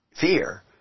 fear